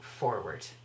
Forward